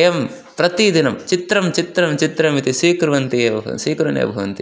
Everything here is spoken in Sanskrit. एवं प्रतिदिनं चित्रं चित्रं चित्रमिति स्वीकुर्वन्ति एव स्वीकुर्वन् एव भवन्ति